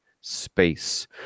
space